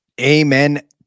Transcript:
Amen